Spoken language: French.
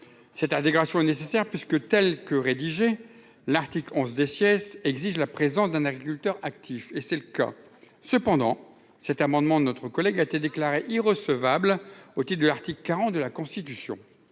cette intégration nécessaire puisque telle que rédigée l'article 11 des siestes exige la présence d'un agriculteur actif et c'est le cas cependant, cet amendement de notre collègue a été déclarée irrecevable au titre de l'article 40 de la Constitution,